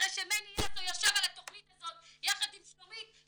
אחרי שמני יאסו ישב על התכנית הזאת יחד עם שלומית,